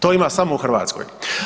To ima samo u Hrvatskoj.